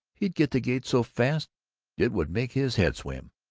he'd get the gate so fast it would make his head swim.